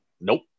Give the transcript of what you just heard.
nope